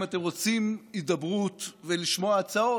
אם אתם רוצים הידברות ולשמוע הצעות,